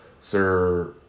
sir